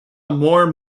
more